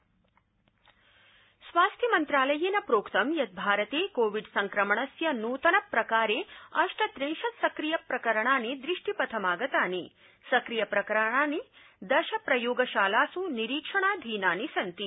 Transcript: स्वास्थ्यमन्त्रालय स्वास्थ्य मन्त्रालयेन प्रोक्तं यत् भारते कोविड संक्रमणस्य नूतन प्रकारे अष्टरिंशत् सक्रिय प्रकरणानि दृष्टिपथमागतानि सक्रिय प्रकरणानि दश प्रयोगशालासु निरीक्षणधिकृतानि सन्ति